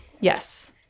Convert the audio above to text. yes